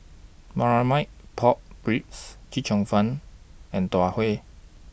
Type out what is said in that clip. Marmite Pork Ribs Chee Cheong Fun and Tau Huay